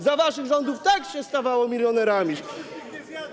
Za waszych rządów tak się zostawało milionerami.